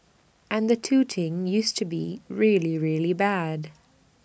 and the touting used to be really really bad